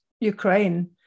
Ukraine